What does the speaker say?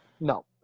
No